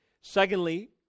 Secondly